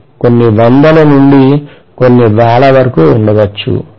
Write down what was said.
అది కొన్ని వంద లు నుండి కొన్ని వేల వరకు ఉండవచ్చు